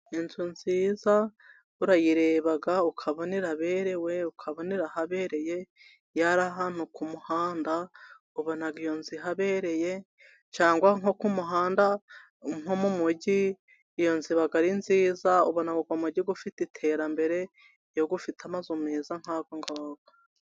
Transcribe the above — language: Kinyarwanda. Inzu nziza urayireba ukabonera iberewe, ukabarahabereye yaba iri ahantu ku muhanda ubonaga iyozuhabereye cyangwa nko ku muhanda, nko mu mujyi, iyo nziba ari nziza ubonagwa mugi ufite iterambere yogufite amazu meza nk'ayo ngayo.